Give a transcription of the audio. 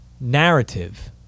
narrative